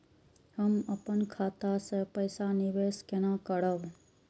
हम अपन खाता से पैसा निवेश केना करब?